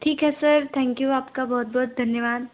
ठीक है sir thank you आपका बहुत बहुत धन्यवाद